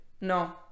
No